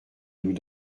nous